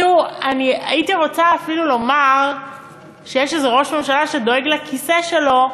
הייתי רוצה אפילו לומר שיש איזה ראש ממשלה שדואג לכיסא שלו,